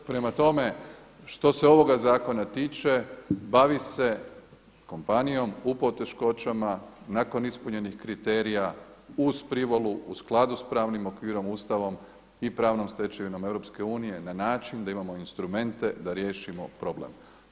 Prema tome, što se ovoga zakona tiče bavi se kompanijom u poteškoćama, nakon ispunjenih kriterija uz privolu u skladu s pravnim okvirom, Ustavom i pravnom stečevinom EU na način da imamo instrumente da riješimo probleme.